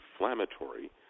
inflammatory